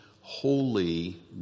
holy